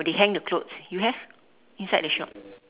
they hang the clothes you have inside the shop